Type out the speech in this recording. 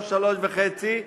15:00,